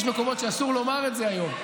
יש מקומות שבהם אסור לומר את זה היום.